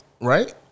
Right